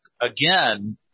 again